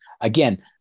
Again